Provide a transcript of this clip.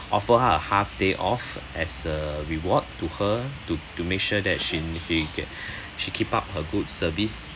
offer her a half day off as a reward to her to to make sure that she she she keep up her good service